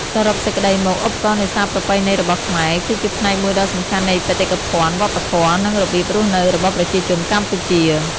សរុបសេចក្តីមក ឧបករណ៍នេសាទប្រពៃណីរបស់ខ្មែរ គឺជាផ្នែកមួយដ៏សំខាន់នៃបេតិកភណ្ឌវប្បធម៌ និងរបៀបរស់នៅរបស់ប្រជាជនកម្ពុជា។